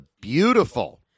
beautiful